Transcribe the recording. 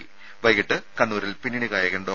ഇന്ന് വൈകിട്ട് കണ്ണൂരിൽ പിന്നണി ഗായകൻ ഡോ